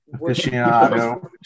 aficionado